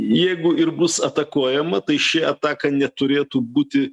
jeigu ir bus atakuojama tai ši ataka neturėtų būti